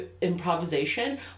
improvisation